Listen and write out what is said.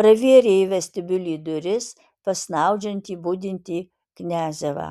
pravėrė į vestibiulį duris pas snaudžiantį budintį kniazevą